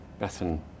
Bethan